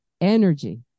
energy